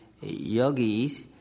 yogis